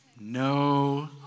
no